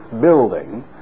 building